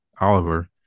Oliver